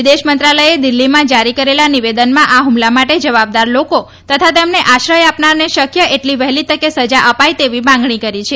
વિદેશ મંત્રાલયે દિલ્ફીમાં જારી કરેલા નિવેદનમાં આ ફુમલા માટે જવાબદાર લોકો તથા તેમને આશ્રય આપનારને શક્ય એટલી વહેલી તકે સજા અપાય તેવી માગણી કરાઈ છે